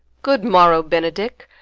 good morrow, benedick.